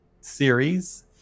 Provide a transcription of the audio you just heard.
series